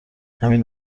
همین